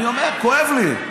אני אומר, כואב לי.